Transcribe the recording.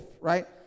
right